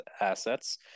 assets